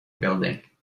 building